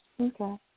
Okay